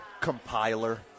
Compiler